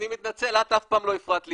אני מתנצל, את אף פעם לא הפרעת לי פשוט.